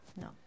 No